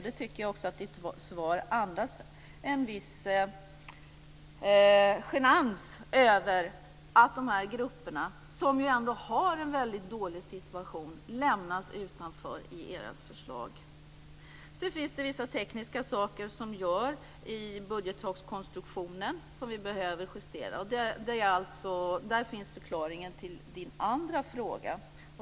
Jag tycker faktiskt att Lars Bäckströms svar andas en viss genans över att de här grupperna, som ändå har en väldigt dålig situation, lämnas utanför i ert förslag. Sedan finns det vissa tekniska saker i budgettakskonstruktionen som behöver justeras. Där finns förklaringen till Lars Bäckströms andra fråga.